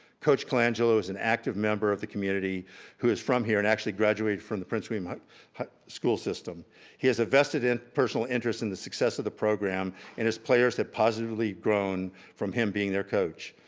coach colangelo is an active member of the community who is from here and actually graduated from the prince william ah but school system. he has a vested personal interest in the success of the program and his players have positively grown from him being their coach.